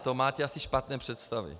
To máte asi špatné představy.